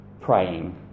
praying